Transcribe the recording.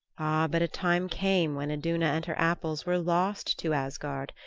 ah, but a time came when iduna and her apples were lost to asgard,